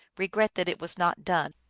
regret that it was not done.